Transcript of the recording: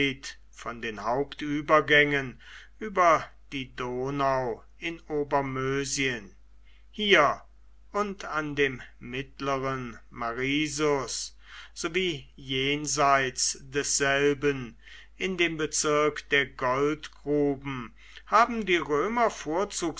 von den hauptübergängen über die donau in obermösien hier und an dem mittleren marisus sowie jenseits desselben in dem bezirk der goldgruben haben die